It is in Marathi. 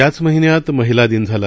याच महिन्यात महिला दिन झाला